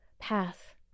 path